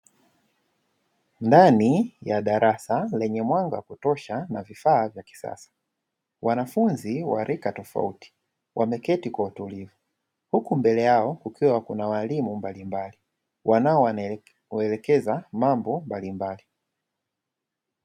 Ndani ya darasa lenye mwanga wa kutosha na vifaa vya kisasa , wanafunzi wa rika tofauti wameketi kwa utulivu ,huku mbele yao kukiwa kuna waalimu mbalimbali wanaowaelekeza mambo mbalimbali.